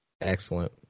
Excellent